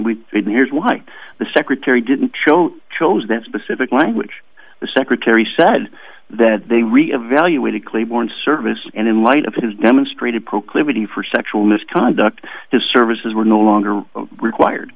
there is why the secretary didn't show chose that specific language the secretary said that they reevaluating claiborne's services and in light of his demonstrated proclivity for sexual misconduct the services were no longer required